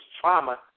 trauma